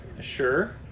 Sure